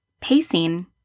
pacing